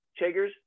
chiggers